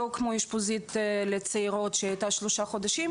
לא כמו אשפוזית לצעירות שהיא הייתה שלושה חודשים